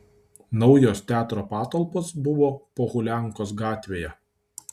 naujos teatro patalpos buvo pohuliankos gatvėje